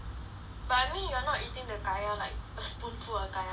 but I mean you are not eating the kaya like a spoonful of kaya from it like